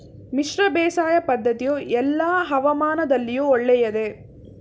ಮಿಶ್ರ ಬೇಸಾಯ ಪದ್ದತಿಯು ಎಲ್ಲಾ ಹವಾಮಾನದಲ್ಲಿಯೂ ಒಳ್ಳೆಯದೇ?